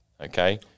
Okay